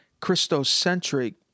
Christocentric